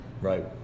Right